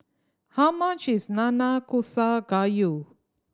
how much is Nanakusa Gayu